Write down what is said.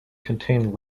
contain